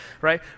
right